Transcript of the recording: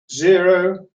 zero